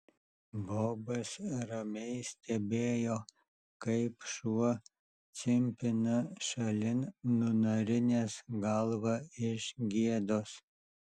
bobas ramiai stebėjo kaip šuo cimpina šalin nunarinęs galvą iš gėdos